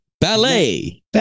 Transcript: Ballet